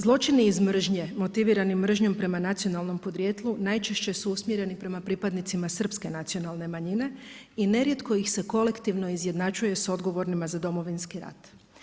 Zločini iz mržnje, motivirani mržnjom prema nacionalnom podrijetlu najčešće su usmjereni prema pripadnicima srpske nacionalne manjine i ne rijetko ih se kolektivno izjednačuje sa odgovornima za Domovinski rat.